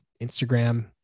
Instagram